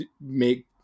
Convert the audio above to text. make